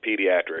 Pediatrics